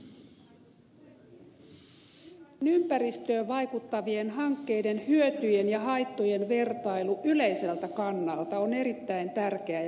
erilaisten ympäristöön vaikuttavien hankkeiden hyötyjen ja haittojen vertailu yleiseltä kannalta on erittäin tärkeää ja keskeistä